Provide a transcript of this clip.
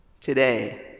today